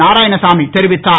நாராயணசாமி தெரிவித்தார்